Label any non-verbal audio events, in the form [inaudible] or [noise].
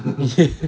[laughs]